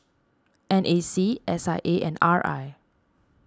N A C S I A and R I